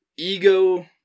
Ego